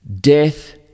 death